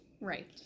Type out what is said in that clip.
Right